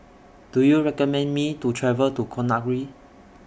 Do YOU recommend Me to travel to Conakry